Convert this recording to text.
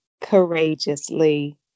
courageously